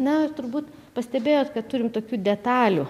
na turbūt pastebėjot kad turim tokių detalių